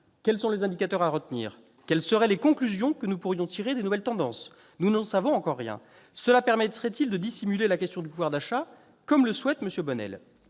Quels sont les indicateurs à retenir ? Quelles seraient les conclusions que nous pourrions tirer des nouvelles tendances ? Nous n'en savons encore rien. Une telle évolution permettrait-elle de dissimuler la question du pouvoir d'achat, comme le souhaite M. Bonnell